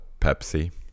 Pepsi